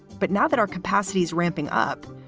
but now that our capacity is ramping up,